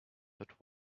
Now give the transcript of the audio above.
but